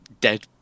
dead